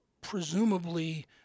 presumably